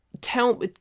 Tell